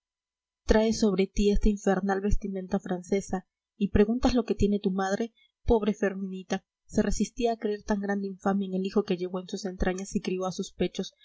traes sobre ti esta infernal vestimenta francesa y preguntas lo que tiene tu madre pobre ferminita se resistía a creer tan grande infamia en el hijo que llevó en sus entrañas y crió a sus pechos